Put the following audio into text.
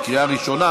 בקריאה ראשונה.